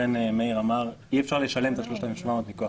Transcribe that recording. ולכן מאיר אמר, אי אפשר לשלם את ה-3,700 מכוח